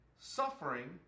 suffering